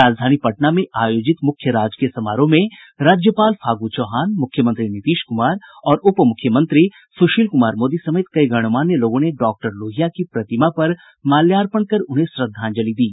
राजधानी पटना में आयोजित मुख्य राजकीय समारोह में राज्यपाल फागू चौहान मुख्यमंत्री नीतीश कुमार और उप मुख्यमंत्री सुशील कुमार मोदी समेत कई गणमान्य लोगों ने डॉक्टर लोहिया की प्रतिमा पर माल्यार्पण कर उन्हें श्रद्धांजलि दी